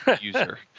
user